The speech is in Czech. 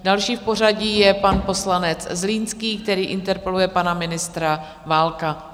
Další v pořadí je pan poslanec Zlínský, který interpeluje pana ministra Válka.